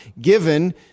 given